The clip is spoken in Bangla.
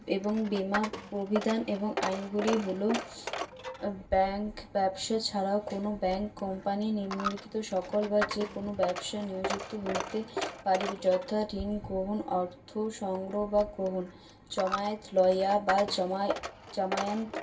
এবং বীমা প্রবিধান এবং আইনগুলি হল ব্যাংক ব্যবসা ছাড়াও কোনো ব্যাংক কোম্পানি নিম্নলিখিত সকল বা যে কোনো ব্যবসায় নিয়োজিত হইতে পারিবে যথা ঋণ গ্রহণ অর্থ সংগ্রহ বা গ্রহণ জমায়েত লহিয়া বা জমা জমায়েন্ত